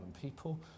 people